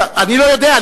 אני לא יודע,